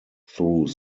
through